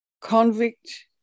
convict